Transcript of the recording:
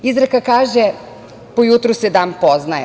Izreka kaže – po jutru se dan poznaje.